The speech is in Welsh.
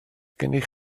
gennych